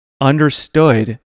understood